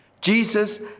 Jesus